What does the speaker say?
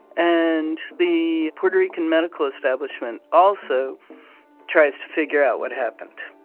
and the puerto rican medical establishment also tries to figure out what happened,